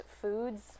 foods